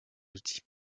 outils